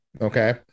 okay